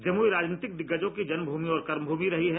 जमुई राजनीतिक दिग्गजों की जन्ममूमि और कर्मभूमि रही है